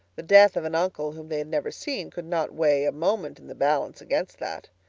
the death of an uncle whom they had never seen could not weigh a moment in the balance against that.